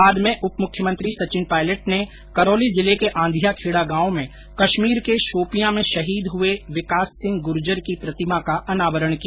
बाद में उप मुख्यमंत्री सचिन पायलट ने करौली जिले के आंधियां खेड़ा गांव में कश्मीर के शोपियां में शहीद हुए विकास सिंह गुर्जर की प्रतिमा का अनावरण किया